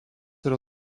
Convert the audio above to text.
yra